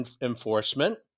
enforcement